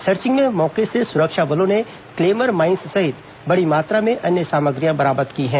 searching में मौके से सुरक्षा बलों ने क्लेमर माईंस सहित बड़ी मात्रा में अन्य सामग्रियां बरामद की हैं